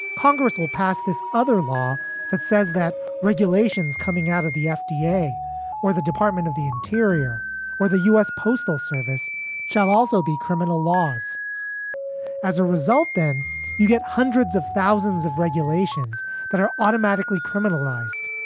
congress will pass this other law that says that regulations coming out of the fda yeah or the department of the interior or the u s. postal service shall also be criminal laws as a result. then you get hundreds of thousands of regulations that are automatically criminalized,